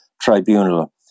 tribunal